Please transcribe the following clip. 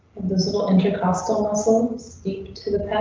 this little intercostal muscles speak to the